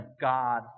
God